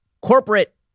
corporate